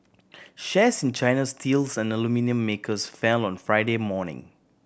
shares in China's steels and aluminium makers fell on Friday morning